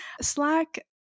Slack